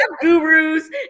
gurus